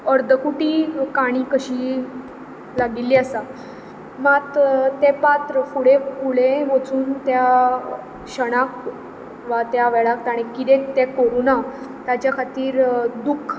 अर्दकुटी काणी कशी लागिल्ली आसा मात तें पात्र फुडें फुडें वचून त्या क्षणाक वा त्या वेळार ताणीं कित्याक तें करुना ताचे खातीर दूख